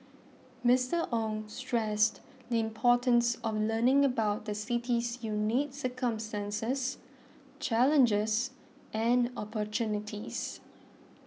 Mister Ong stressed the importance of learning about the city's unique circumstances challenges and opportunities